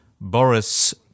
Boris